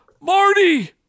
Marty